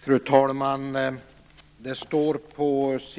Fru talman! På s.